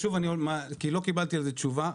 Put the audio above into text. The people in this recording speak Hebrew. כי לא קיבלתי על זה תשובה,